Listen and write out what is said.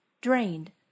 drained